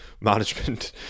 management